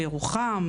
בירוחם,